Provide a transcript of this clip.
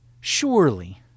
surely